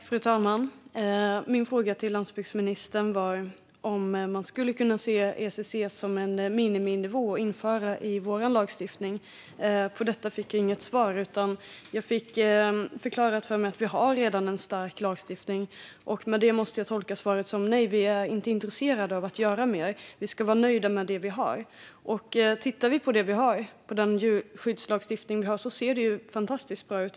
Fru talman! Min fråga till landsbygdsministern var om man skulle kunna se ECC som en miniminivå att införa i vår lagstiftning. På den fick jag inget svar, utan jag fick förklarat för mig att vi redan har en stark lagstiftning. Jag måste tolka det svaret som ett nej och som att regeringen inte är intresserad av att göra mer. Vi ska vara nöjda med det vi har. Den djurskyddslagstiftning vi har ser fantastiskt bra ut.